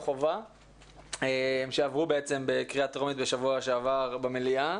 חובה שעברו בקריאה טרומית בשבוע שעבר במליאה